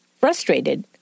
Frustrated